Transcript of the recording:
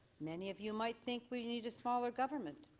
many of you might think we need smaller government,